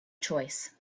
choice